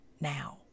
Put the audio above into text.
now